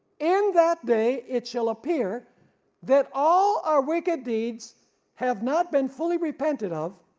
in that day it shall appear that all our wicked deeds have not been fully repented of,